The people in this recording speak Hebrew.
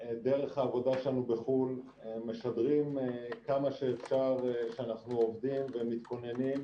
דרך העבודה שלנו בחו"ל משדרים כמה שאפשר שאנחנו עובדים ומתכוננים,